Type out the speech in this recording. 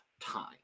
time